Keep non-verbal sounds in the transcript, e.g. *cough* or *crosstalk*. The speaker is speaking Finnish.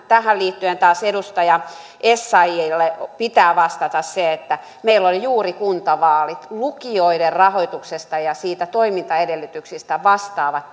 tähän liittyen taas edustaja essayahille pitää vastata että meillä oli juuri kuntavaalit lukioiden rahoituksesta ja toimintaedellytyksistä vastaavat *unintelligible*